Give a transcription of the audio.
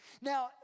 Now